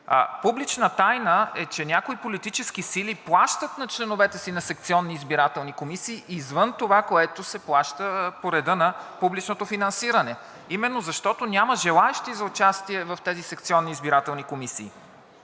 Публична тайна е, че някои политически сили плащат на членовете си на секционни избирателни комисии извън това, което се плаща по реда на публичното финансиране, именно защото няма желаещи за участие в тези секционни избирателни комисии.